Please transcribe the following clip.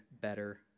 better